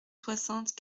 soixante